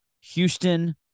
Houston